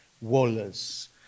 Wallace